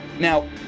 Now